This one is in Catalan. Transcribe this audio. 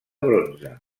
bronze